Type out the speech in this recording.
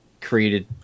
created